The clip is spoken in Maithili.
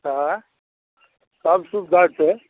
आँय सब सुबिधा छै